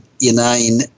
inane